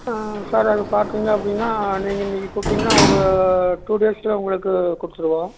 sir அது பார்த்தீங்க அப்படின்னா நீங்கள் இன்றைக்கு கொடுத்தீங்கன்னா ஒரு டூ டேஸில் உங்களுக்கு கொடுத்துடுவோம்